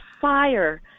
fire